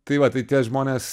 tai va tai tie žmonės